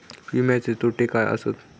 विमाचे तोटे काय आसत?